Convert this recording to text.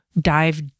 dive